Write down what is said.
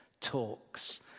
talks